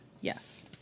Yes